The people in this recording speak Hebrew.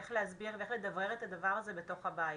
איך להסביר ואיך לדבר על הדבר הזה בתוך הבית.